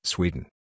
Sweden